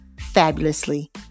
fabulously